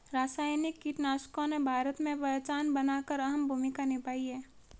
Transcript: रासायनिक कीटनाशकों ने भारत में पहचान बनाकर अहम भूमिका निभाई है